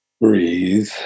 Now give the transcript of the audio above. breathe